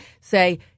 say –